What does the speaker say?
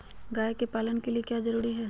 गाय के पालन के लिए क्या जरूरी है?